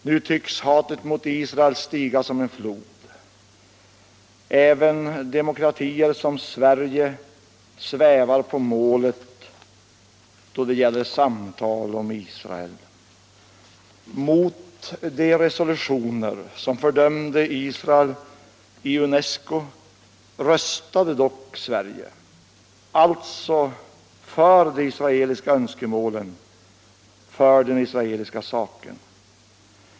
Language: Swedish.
Nu tycks hatet mot Israel stiga som en flod. Även demokratier som Sverige svävar på målet då det gäller samtal om Israel. Mot de resolutioner i UNESCO som fördömde Israel röstade dock Sverige — alltså för de israeliska önskemålen, för den israeliska saken.